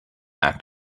act